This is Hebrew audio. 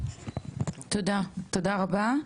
תודה רבה.